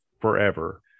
forever